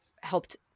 helped